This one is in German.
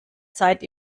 zeit